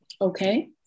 okay